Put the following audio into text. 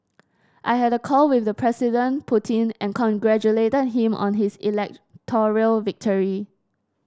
I had a call with President Putin and congratulated him on his electoral victory